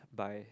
by